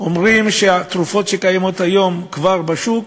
אומרים שהתרופות שקיימות כבר בשוק